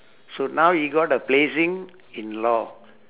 so now he got a placing in law